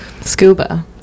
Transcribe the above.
scuba